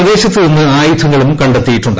പ്രദേശത്ത് നിന്ന് ആയുധങ്ങളും കണ്ടെത്തിയിട്ടുണ്ട്